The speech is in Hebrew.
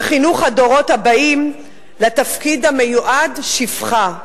וחינוך הדורות הבאים לתפקיד המיועד, שפחה.